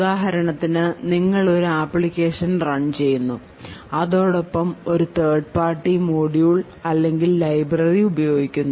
ഉദാഹരണത്തിന് നിങ്ങൾ ഒരു അപ്ലിക്കേഷൻ റൺ ചെയ്യുന്നു അതോടൊപ്പം ഒരു തേർഡ് പാർട്ടി മൊഡ്യൂൾ അല്ലെങ്കിൽ ലൈബ്രറി ഉപയോഗിക്കുന്നു